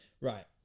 right